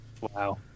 Wow